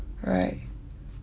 alright